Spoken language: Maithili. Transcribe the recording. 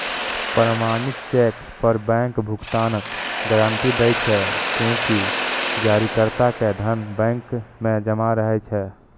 प्रमाणित चेक पर बैंक भुगतानक गारंटी दै छै, कियैकि जारीकर्ता के धन बैंक मे जमा रहै छै